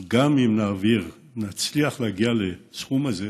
גם אם נצליח להגיע לסכום הזה,